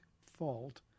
fault